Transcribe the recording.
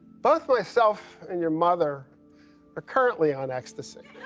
both myself and your mother are currently on ecstasy.